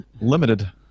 limited